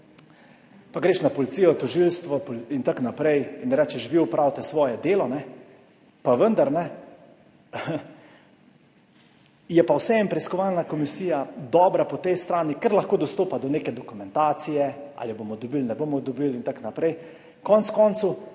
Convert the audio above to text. greš na policijo, tožilstvo in tako naprej in rečeš, vi opravite svoje delo. Pa vendar je preiskovalna komisija vseeno po tej strani dobra, ker lahko dostopa do neke dokumentacije, ali jo bomo dobili, je ne bomo dobili in tako naprej. Konec koncev